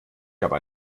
aber